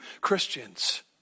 Christians